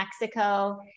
Mexico